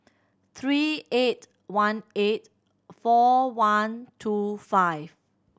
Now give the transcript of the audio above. three eight one eight four one two five